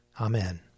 Amen